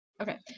Okay